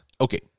Okay